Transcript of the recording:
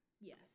Yes